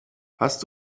hast